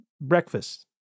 breakfast